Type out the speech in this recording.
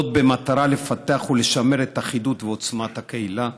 זאת במטרה לפתח ולשמר את אחידות ועוצמת הקהילה,